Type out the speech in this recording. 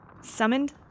Summoned